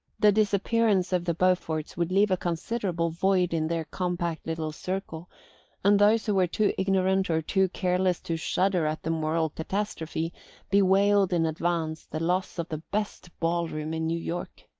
the disappearance of the beauforts would leave a considerable void in their compact little circle and those who were too ignorant or too careless to shudder at the moral catastrophe bewailed in advance the loss of the best ball-room in new york.